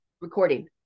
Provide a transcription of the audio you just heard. recording